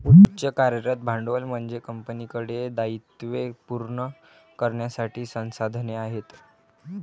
उच्च कार्यरत भांडवल म्हणजे कंपनीकडे दायित्वे पूर्ण करण्यासाठी संसाधने आहेत